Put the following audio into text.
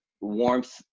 warmth